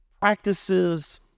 practices